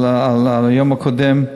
על היום הקודם,